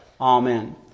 Amen